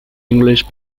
english